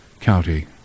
County